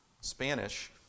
Spanish